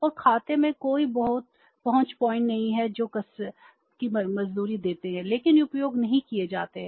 और खाते में कोई पहुंच पॉइंट नहीं हैं जो कसरत को मंजूरी देते हैं लेकिन उपयोग नहीं किए जाते हैं